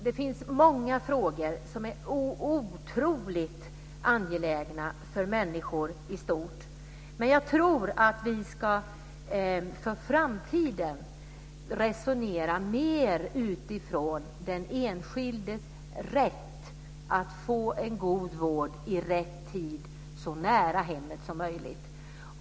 Det finns många frågor som är otroligt angelägna för människor i stort. Men jag tror att vi ska för framtiden resonera mer utifrån den enskildes rätt att få en god vård i rätt tid så nära hemmet som möjligt.